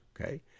okay